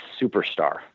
superstar